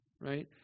right